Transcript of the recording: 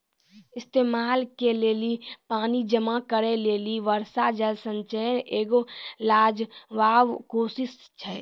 इस्तेमाल के लेली पानी जमा करै लेली वर्षा जल संचयन एगो लाजबाब कोशिश छै